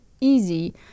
easy